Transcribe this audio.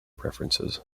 preferences